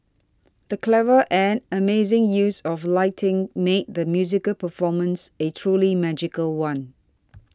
the clever and amazing use of lighting made the musical performance a truly magical one